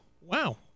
Wow